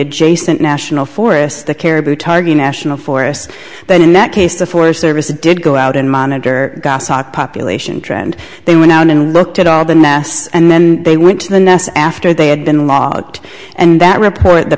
adjacent national forest the caribou target national forests that in that case the forest service did go out and monitor population trend they went out and looked at all the nass and then they went to the next after they had been logged and that report the